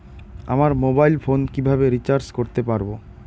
আমার mobile phone কিভাবে recharge করতে পারব?